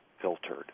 filtered